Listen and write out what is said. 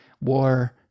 war